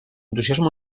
entusiasmo